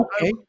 Okay